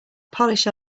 polish